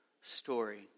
story